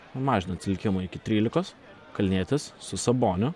mažina atsilikimą iki trylikos kalnietis su saboniu